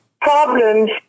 problems